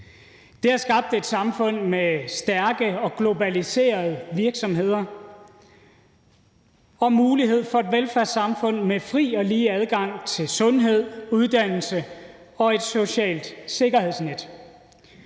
har skabt et samfund med stærke og globaliserede virksomheder og mulighed for et velfærdssamfund med fri og lige adgang til sundhed, uddannelse og et socialt sikkerhedsnet.